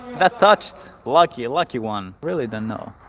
that touched. lucky, lucky one. really don't know